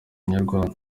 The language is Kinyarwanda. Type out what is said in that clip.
inyarwanda